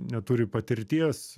neturi patirties